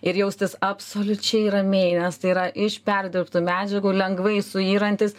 ir jaustis absoliučiai ramiai nes tai yra iš perdirbtų medžiagų lengvai suyrantis